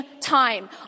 time